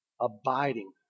abiding